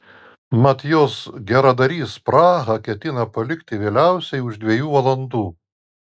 mat jos geradarys prahą ketina palikti vėliausiai už dviejų valandų